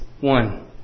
one